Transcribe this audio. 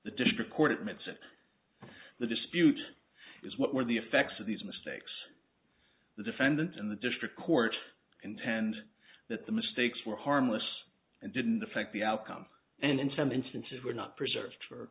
it the dispute is what were the effects of these mistakes the defendant and the district court intend that the mistakes were harmless and didn't affect the outcome and in some instances were not preserved for